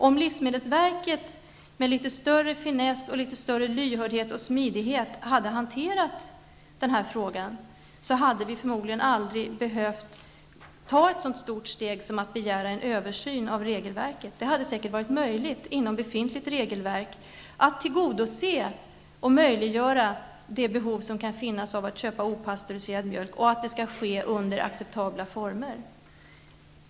Om livsmedelsverket med litet större finess, litet större lyhördhet och smidighet, hade hanterat den här frågan, så hade vi förmodligen aldrig behövt ta ett så stort steg som att begära en översyn av regelverket. Det hade säkert varit möjligt att inom befintligt regelverk tillgodose det behov som kan finnas av att köpa opastöriserad mjölk -- under acceptabla former.